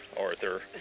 Arthur